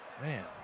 Man